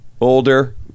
older